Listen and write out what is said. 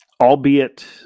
albeit